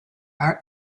our